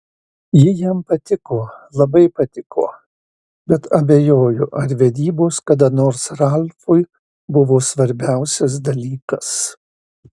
ji jam patiko labai patiko bet abejoju ar vedybos kada nors ralfui buvo svarbiausias dalykas